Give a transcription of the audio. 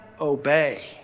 obey